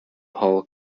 paul